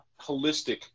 holistic